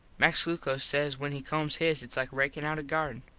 max glucos says when he combs his its like rakin out a garden.